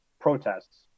protests